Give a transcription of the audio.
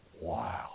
wow